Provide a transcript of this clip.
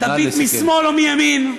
תביט משמאל או מימין,